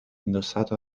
indossato